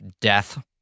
death